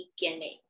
beginning